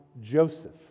Joseph